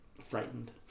frightened